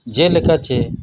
ᱡᱮᱞᱮᱠᱟ ᱪᱮ